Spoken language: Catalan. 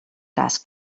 cas